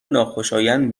ناخوشایند